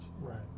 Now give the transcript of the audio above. Right